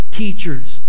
teachers